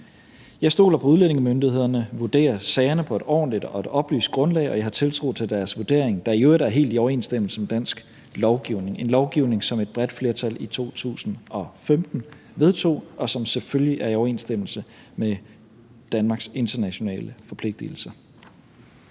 Jeg stoler på, at udlændingemyndighederne vurderer sagerne på et ordentligt og et oplyst grundlag, og jeg har tiltro til deres vurdering, der i øvrigt er helt i overensstemmelse med dansk lovgivning – en lovgivning, som et bredt flertal i 2015 vedtog, og som selvfølgelig er i overensstemmelse med Danmarks internationale forpligtelser.